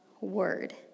word